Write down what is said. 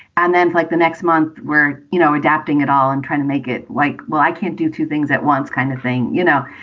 and then like the next month we're, you know, adapting it all and trying to make it like, well, i can't do two things at once kind of thing. you know,